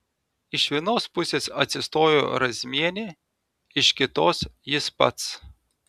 iš vienos pusės atsistojo razmienė iš kitos jis pats